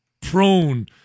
prone